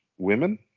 Women